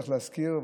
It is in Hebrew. צריך להזכיר,